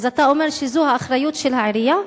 אתה אומר שזו אחריות של העירייה?